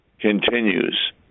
continues